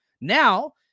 now